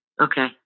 Okay